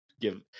give